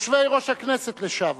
יושבי-ראש הכנסת לשעבר,